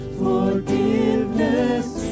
forgiveness